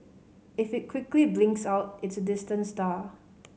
if it quickly blinks out it's a distant star